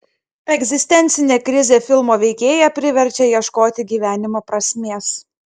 egzistencinė krizė filmo veikėją priverčia ieškoti gyvenimo prasmės